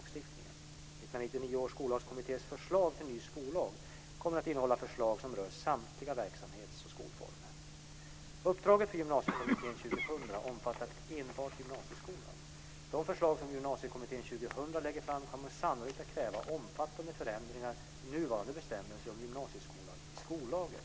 1999 års skollagskommittés förslag till ny skollag kommer att innehålla förslag som rör samtliga verksamhetsoch skolformer. Uppdraget för Gymnasiekommittén 2000 omfattar enbart gymnasieskolan. De förslag som Gymnasiekommittén 2000 lägger fram kommer sannolikt att kräva omfattande förändringar i nuvarande bestämmelser om gymnasieskolan i skollagen.